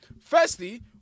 Firstly